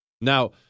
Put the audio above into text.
Now